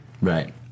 Right